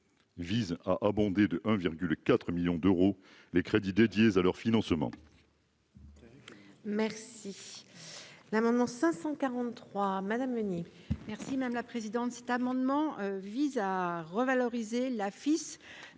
vise à abonder de un virgule 4 millions d'euros les crédits dédiés à leur financement.